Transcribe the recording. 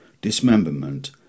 dismemberment